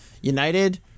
United